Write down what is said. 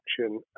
action